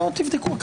בואו תבדקו.